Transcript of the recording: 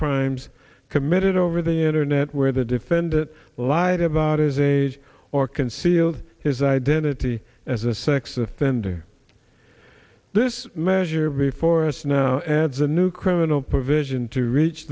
crimes committed over the internet where the defendant lied about his age or concealed his identity as a sex offender this measure before us now adds a new criminal provision to reach